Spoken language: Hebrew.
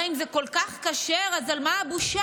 הרי אם זה כל כך כשר, על מה הבושה?